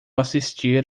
assistir